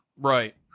Right